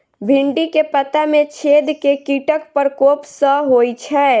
भिन्डी केँ पत्ता मे छेद केँ कीटक प्रकोप सऽ होइ छै?